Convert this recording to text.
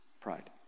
pride